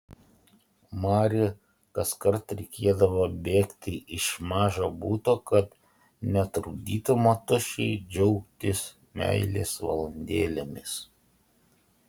mari kaskart reikėdavo bėgti iš mažo buto kad netrukdytų motušei džiaugtis meilės valandėlėmis